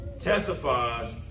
testifies